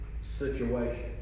situation